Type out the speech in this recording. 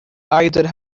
either